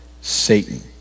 Satan